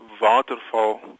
Waterfall